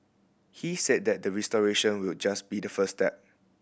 he said that the restoration will just be the first step